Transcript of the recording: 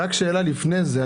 שאלה לפני זה,